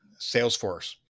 Salesforce